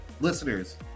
listeners